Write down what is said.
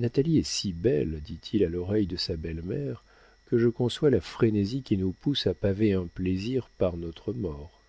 natalie est si belle dit-il à l'oreille de sa belle-mère que je conçois la frénésie qui nous pousse à payer un plaisir par notre mort